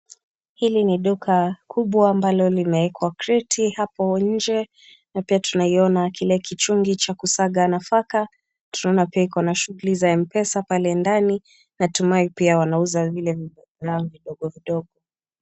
Hili ni duka kubwa ambalo limeekwa kreti hapo nje tunaiona kile kichungi cha kusaga nafaka, tunaona pia iko na shughuli za Mpesa pale ndani na tumai wanauza bidhaa vidogo vidogo.